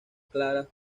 claras